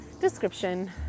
description